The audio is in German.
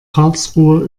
karlsruhe